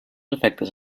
efectes